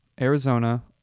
Arizona